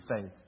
faith